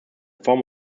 form